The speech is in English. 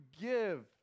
give